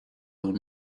own